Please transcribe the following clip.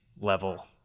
level